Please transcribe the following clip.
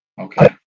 Okay